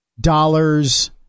dollars